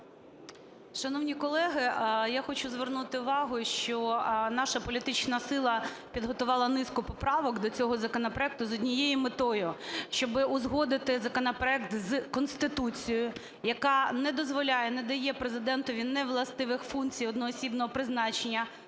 Шановні колеги, я хочу звернути увагу, що наша політична сила підготувала низку поправок до цього законопроекту з однією метою – щоби узгодити законопроект із Конституцією, яка не дозволяє, не дає Президентові невластивих функцій одноосібного призначення